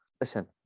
Listen